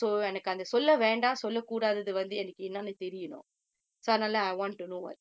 it's not like I want to pick fight with them தெரியுமா சண்டை எனக்கு நான்:theriyumaa sandai enakku naan